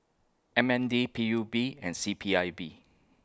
M N D P U B and C P I B